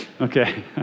okay